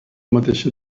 mateixa